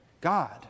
God